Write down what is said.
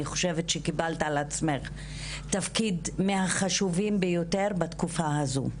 אני חושבת שקיבלת על עצמך תפקיד שהוא מהחשובים ביותר בתקופה הזו.